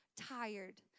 tired